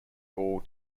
all